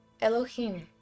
Elohim